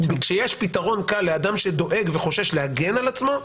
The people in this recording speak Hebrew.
כשיש פתרון קל לאדם שדואג וחושש להגן על עצמו,